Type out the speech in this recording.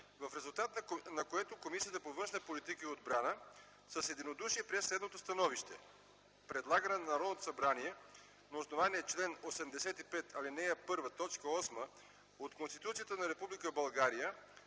в резултат на което Комисията по външна политика и отбрана с единодушие прие следното становище: Предлага на Народното събрание на основание чл. 85, ал. 1, т. 8 от Конституцията на Република